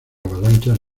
avalanchas